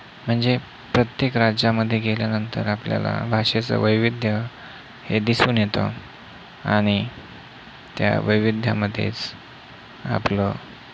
म्हणजे प्रत्येक राज्यामध्ये गेल्यानंतर आपल्याला भाषेचं वैविध्य हे दिसून येतं आणि त्या वैविध्यामध्येच आपलं